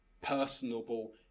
personable